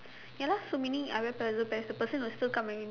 ya lah so meaning I wear pleated pants the person would still come at me